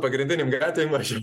pagrindinėm gatvėm aš